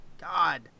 God